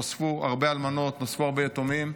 נוספו הרבה אלמנות, נוספו הרבה יתומים,